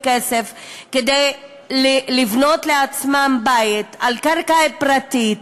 כדי לבנות לעצמם בית על קרקע פרטית,